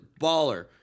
baller